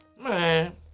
Man